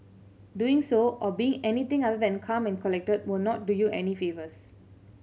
doing so or being anything other than calm and collected will not do you any favours